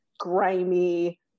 grimy